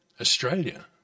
Australia